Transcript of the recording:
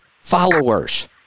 followers